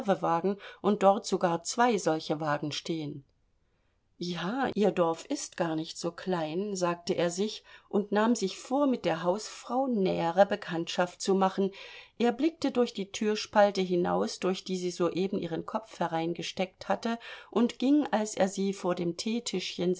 reservewagen und dort sogar zwei solche wagen stehen ja ihr dorf ist gar nicht so klein sagte er sich und nahm sich vor mit der hausfrau nähere bekanntschaft zu machen er blickte durch die türspalte hinaus durch die sie soeben ihren kopf hereingesteckt hatte und ging als er sie vor dem